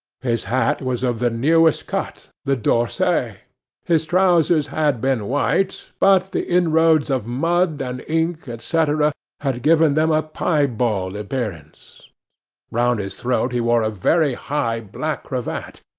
his hat was of the newest cut, the d'orsay his trousers had been white, but the inroads of mud and ink, etc, had given them a pie bald appearance round his throat he wore a very high black cravat,